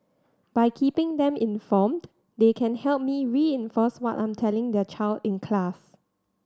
by keeping them informed they can help me reinforce what I'm telling their child in class